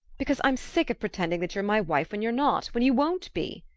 because i'm sick of pretending that you're my wife when you're not when you won't be.